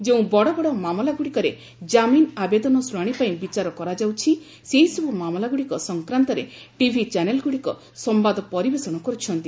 ଯେଉଁ ବଡ଼ବଡ଼ ମାମଲାଗୁଡ଼ିକରେ ଜାମିନ ଆବେଦନ ଶୁଣାଣି ପାଇଁ ବିଚାର କରାଯାଉଛି ସେହିସବୁ ମାମଲାଗୁଡ଼ିକ ସଂକ୍ରାନ୍ତରେ ଟିଭି ଚ୍ୟାନେଲ୍ଗ୍ରଡ଼ିକ ସମ୍ବାଦ ପରିବେଷଣ କରୁଛନ୍ତି